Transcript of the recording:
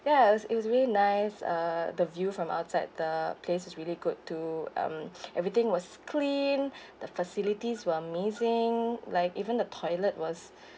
ya it was~ it was really nice uh the view from outside the place is really good too um everything was clean the facilities were amazing like even the toilet was